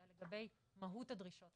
אלא לגבי מהות הדרישות.